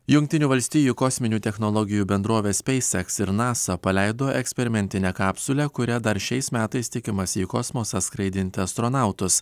jungtinių valstijų kosminių technologijų bendrovės speiseks ir nasa paleido eksperimentinę kapsulę kuria dar šiais metais tikimasi į kosmosą skraidinti astronautus